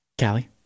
Callie